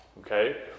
okay